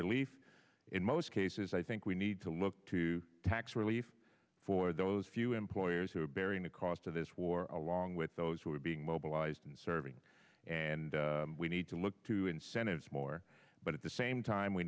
relief in most cases i think we need to look to tax relief for those few employers who are bearing the cost of this war along with those who are being mobilized and serving and we need to look to incentives more but at the same time we